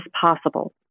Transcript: possible